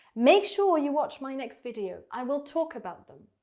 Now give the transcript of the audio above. make sure you watch my next video. i will talk about them.